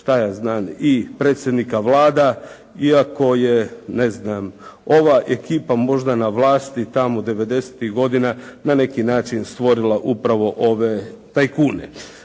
šta ja znam i predsjednika vlada iako je ne znam ova ekipa možda na vlasti tamo 90-gih godina na neki način stvorila upravo ove tajkune.